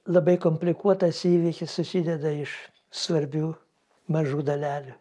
labai komplikuotas įvykis susideda iš svarbių mažų dalelių